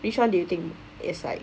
which one do you think is like